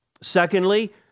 Secondly